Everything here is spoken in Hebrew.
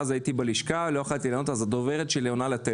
אז הייתי בלשכה ולא יכולתי לענות ולכן הדוברת שלי ענתה.